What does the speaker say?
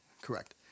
correct